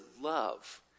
love